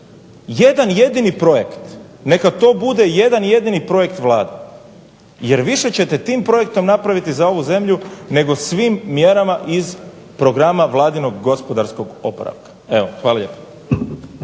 Jedan jedini projekt neka to bude jedan jedini projekt Vlade, jer više ćete tim projektom napraviti za ovu zemlju nego svim mjerama iz programa vladinog gospodarskog oporavka. Evo hvala lijepo.